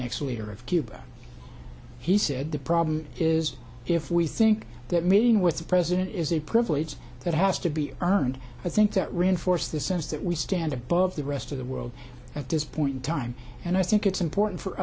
of cuba he said the problem is if we think that meeting with the president is a privilege that has to be earned i think that reinforce the sense that we stand above the rest of the world at this point in time and i think it's important for